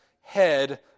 head